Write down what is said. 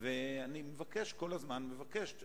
יותר מ-20 דקות, ואני כל הזמן מבקש ומבקש.